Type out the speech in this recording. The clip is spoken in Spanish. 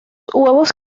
huevos